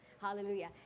Hallelujah